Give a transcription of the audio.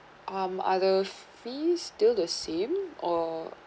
um are the fee still the same or